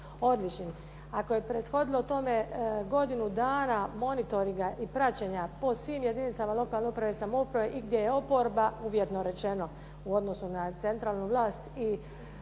odličnim, ako je prethodilo tome godinu dana monitoringa i praćenja po svim jedinicama lokalne uprave i samouprave i gdje je oporba, uvjetno rečeno u odnosu na centralnu vlast i